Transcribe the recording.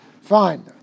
fine